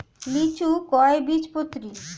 লিচু কয় বীজপত্রী?